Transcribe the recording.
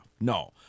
No